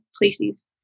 places